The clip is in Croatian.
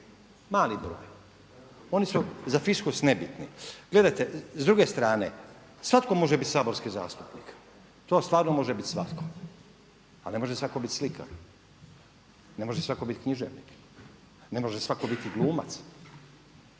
Mali broj. Oni su za fiskus nebitni. Gledajte, s druge strane, svako može biti saborski zastupnik to stvarno može biti svako, ali ne može svako biti slikar, ne može svako biti književnik, ne može svako biti glumac.